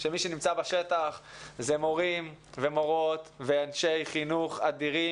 שמי שנמצא בשטח אלו מורים ומורות ואנשי חינוך אדירים